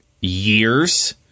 years